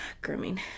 grooming